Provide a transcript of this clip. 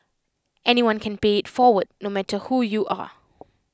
anyone can pay IT forward no matter who you are